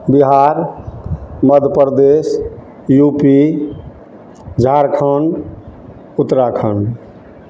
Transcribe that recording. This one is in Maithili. Bihar Madhya Pradesh U P Jharkhand Uttarakhand